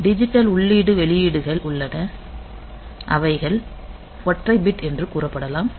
digital உள்ளீட்டு வெளியீடுகள் உள்ளது அவைகள் ஒற்றை பிட் என்று கூறப்படலாம்